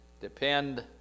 depend